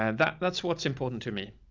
and that, that's what's important to me.